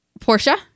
Portia